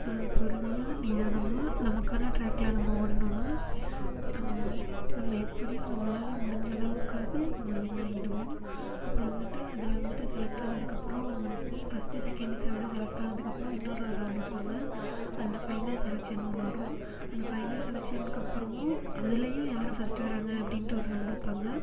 பொறுமையாக நிதானமாக நமக்கான ட்ராக்ல நம்ம ஓடுனோம்னா நம்ம எப்படியும் நம்மளால் முடிஞ்ச அளவுக்காவது நம்ம வின் ஆயிடுவோம் அப்புறம் வந்துட்டு அதில் வந்துட்டு செலக்ட்டானத்துக்கு அப்புறம் ஃபஸ்ட்டு செகெண்டு தேர்டு செலக்ட் ஆனதுக்கு அப்புறம் இன்னொரு ஒரு ரவுண்டு வைப்பாங்க அதில் ஃபைனல் செலக்ஷன்னு ஒன்று வரும் அந்த ஃபைனல் செலக்ஷனுக்கு அப்புறமும் அதிலையும் யார் ஃபஸ்ட்டு வராங்கள் அப்படின்ட்டு ஒரு ரவுண்டு வைப்பாங்க